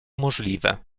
możliwe